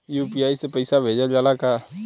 UPI से पईसा भेजल जाला का?